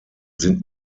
sind